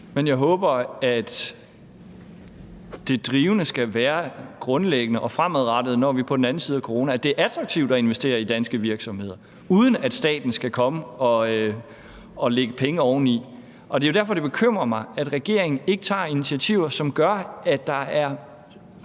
Men jeg håber, at det drivende og grundlæggende fremadrettet, når vi er på den anden side af corona, skal være, at det er attraktivt at investere i danske virksomheder, uden at staten skal komme og lægge penge oveni. Det er derfor, det bekymrer mig, at regeringen ikke tager initiativer, som gør, at der er